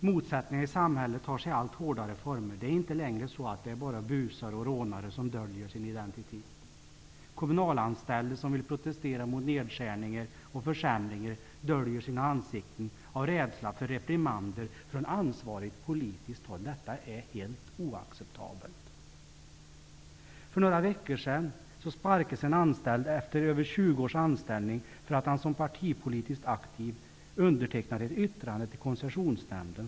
Motsättningarna i samhället tar sig allt hårdare former. Det är inte längre bara busar och rånare som döljer sin identitet. Kommunalanställda som vill protestera mot nedskärningar och försämringar döljer sina ansikten av rädsla för reprimander från ansvarigt politiskt håll. Detta är oacceptabelt. För några veckor sedan sparkades en anställd efter över 20 års anställning för att han som partipolitiskt aktiv hade undertecknat ett yttrande till Koncessionsnämnden.